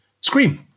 Scream